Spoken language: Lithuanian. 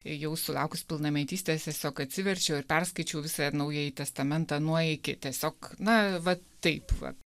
jau sulaukus pilnametystės tiesiog atsiverčiau ir perskaičiau visą naująjį testamentą nuo iki tiesiog na vat taip va